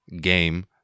game